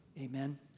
Amen